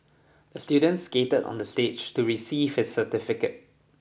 the student skated on the stage to receive his certificate